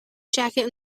jacket